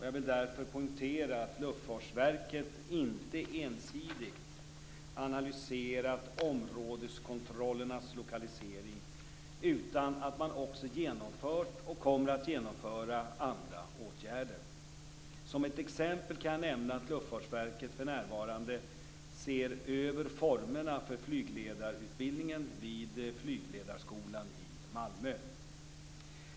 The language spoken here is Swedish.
Jag vill därför poängtera att Luftfartsverket inte ensidigt analyserat områdeskontrollernas lokalisering, utan att man också genomfört och kommer att genomföra andra åtgärder. Som ett exempel kan jag nämna att Luftfartsverket för närvarande ser över formerna för flygledarutbildningen vid flygledarskolan i Malmö.